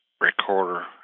recorder